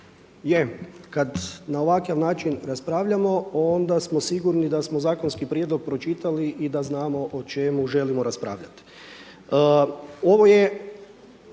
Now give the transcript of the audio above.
Je, jada na ovakav način raspravljamo onda smo sigurni da smo zakonski prijedlog pročitali i da znamo o čemu želimo raspravljati. Ovo je